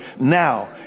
now